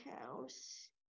house